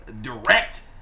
direct